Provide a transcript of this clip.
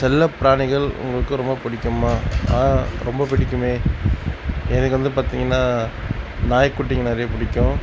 செல்லப் பிராணிகள் உங்களுக்கு ரொம்ப பிடிக்குமா ஆ ரொம்ப பிடிக்குமே எனக்கு வந்து பார்த்திங்கனா நாய் குட்டிங்கள் நிறைய பிடிக்கும்